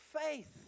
faith